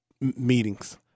meetings